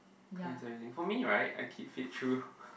clean selling for me right I keep fit through